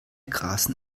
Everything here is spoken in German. grasen